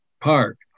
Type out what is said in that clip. park